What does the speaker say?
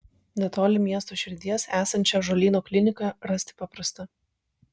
netoli miesto širdies esančią ąžuolyno kliniką rasti paprasta